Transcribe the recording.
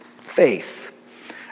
faith